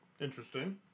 Interesting